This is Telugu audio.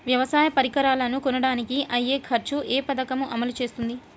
వ్యవసాయ పరికరాలను కొనడానికి అయ్యే ఖర్చు ఏ పదకము అమలు చేస్తుంది?